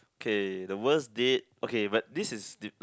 okay the worst date okay but this is d~ like